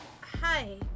hi